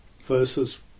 versus